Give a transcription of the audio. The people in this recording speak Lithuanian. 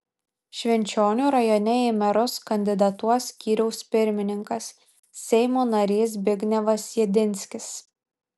švenčionių rajone į merus kandidatuos skyriaus pirmininkas seimo narys zbignevas jedinskis